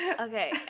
Okay